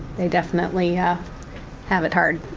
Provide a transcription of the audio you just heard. they definitely have it hard,